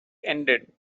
ended